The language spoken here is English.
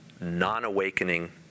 non-awakening